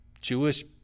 Jewish